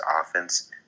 offense